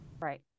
Right